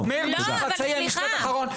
מאיר תסיים משפט אחרון.